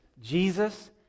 Jesus